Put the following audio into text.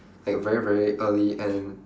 like very very early and